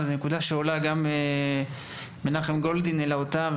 וזו נקודה שעולה גם מנחם גולדין העלה אותה,